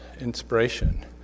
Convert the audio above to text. inspiration